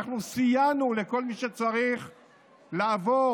אנחנו סייענו לכל מי שצריך לעבור,